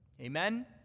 Amen